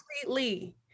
completely